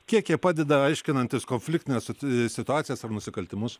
kiek jie padeda aiškinantis konfliktines situacijas ar nusikaltimus